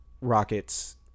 Rocket's